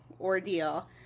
ordeal